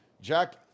Jack